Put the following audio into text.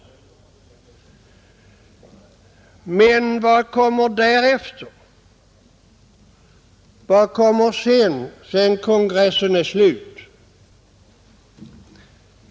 Men vad kommer därefter? Vad kommer sedan konferensen är slut?